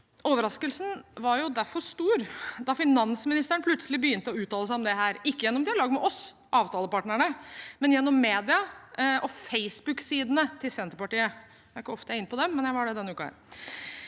Overraskelsen var derfor stor da finansministeren plutselig begynte å uttale seg om dette – ikke gjennom dialog med oss, avtalepartnerne, men gjennom media og Facebook-sidene til Senterpartiet. Det er ikke ofte jeg er inne på dem, men jeg var det denne uken.